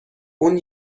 اون